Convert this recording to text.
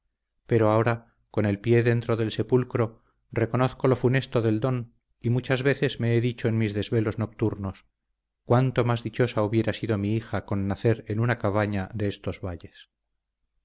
pero ahora con el pie dentro del sepulcro reconozco lo funesto del don y muchas veces me he dicho en mis desvelos nocturnos cuánto más dichosa hubiera sido mi hija con nacer en una cabaña de estos valles